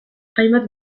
hainbat